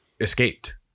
escaped